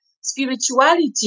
spirituality